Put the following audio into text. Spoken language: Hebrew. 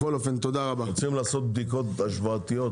רוצים לעשות בדיקות השוואתיות.